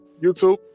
YouTube